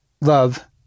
love